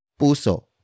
puso